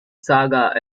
saga